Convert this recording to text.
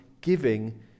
giving